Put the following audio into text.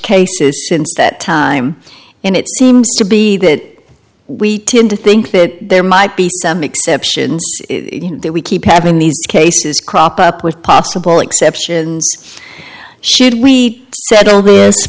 cases since that time and it seems to be that we tend to think that there might be some exceptions in that we keep having these cases crop up with possible exceptions should we